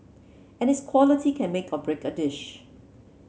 and its quality can make or break a dish